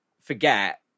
forget